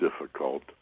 difficult